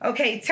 Okay